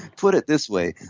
put it this way,